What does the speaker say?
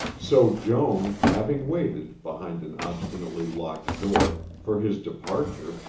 so joan, having waited, behind an obstinately locked door, for his departure,